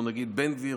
או נגיד בן גביר,